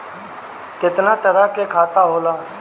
केतना तरह के खाता होला?